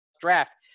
draft